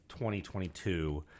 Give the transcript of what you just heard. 2022